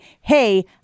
hey